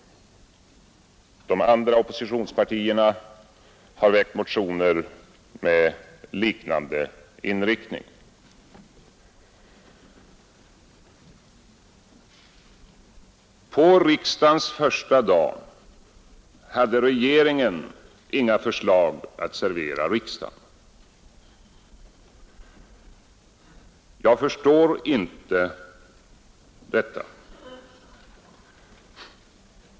De andra oppositionspartierna har väckt motioner med liknande inriktning. På höstsessionens första dag hade regeringen inga förslag att servera riksdagen. Jag förstår inte detta.